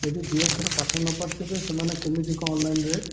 ଯଦି ଦୁଇ ଅକ୍ଷର ପାଠ ନପଢ଼ିଥିବେ ସେମାନେ କେମିତି କ'ଣ ଅନଲାଇନ୍ରେ